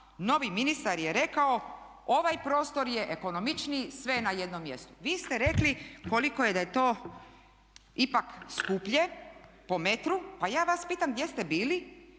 Novi ministar je rekao ovaj prostor je ekonomičniji, sve je na jednom mjestu. Vi ste rekli da je to ipak skuplje po metru. Pa ja vas pitam gdje ste bili